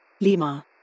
Lima